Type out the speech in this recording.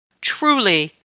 truly